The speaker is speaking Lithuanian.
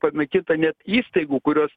panaikinta net įstaigų kurios